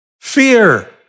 Fear